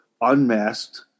unmasked